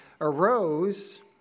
arose